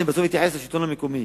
בסוף אתייחס לשלטון המקומי,